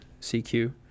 CQ